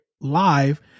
live